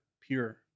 pure